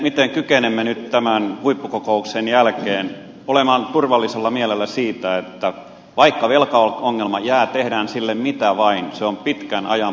miten kykenemme nyt tämän huippukokouksen jälkeen olemaan turvallisella mielellä vaikka velkaongelma jää tehdään sille mitä vain se on pitkän ajan projekti